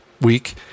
week